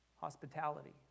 hospitality